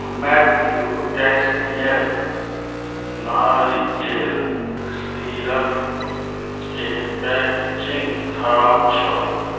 Matthew टैसियल नारिकेल सीरपके पैकेजिङ्ग खराब छल